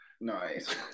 Nice